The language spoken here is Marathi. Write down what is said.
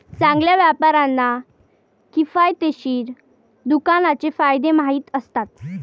चांगल्या व्यापाऱ्यांना किफायतशीर दुकानाचे फायदे माहीत असतात